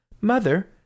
Mother